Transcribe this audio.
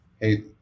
hey